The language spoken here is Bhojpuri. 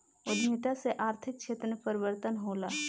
उद्यमिता से आर्थिक क्षेत्र में परिवर्तन होला